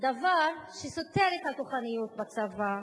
דבר שסותר את הכוחניות בצבא.